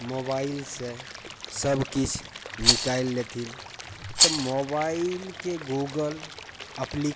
मोबाइलसँ सब किछु निकालि देथिन तऽ मोबाइलके गूगल एप्लीकेशन